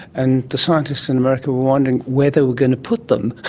and the scientists in america were wondering where they were going to put them,